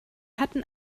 hatten